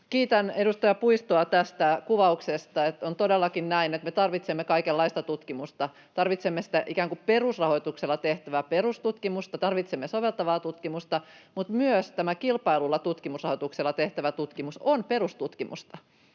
Kiitän edustaja Puistoa tästä kuvauksesta. On todellakin näin, että me tarvitsemme kaikenlaista tutkimusta. Tarvitsemme sitä ikään kuin perusrahoituksella tehtävää perustutkimusta, tarvitsemme soveltavaa tutkimusta, mutta myös tällä kilpaillulla tutkimusrahoituksella tehtävä tutkimus on perustutkimusta.